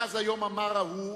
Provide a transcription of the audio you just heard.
מאז היום המר ההוא